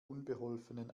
unbeholfenen